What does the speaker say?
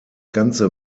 ganze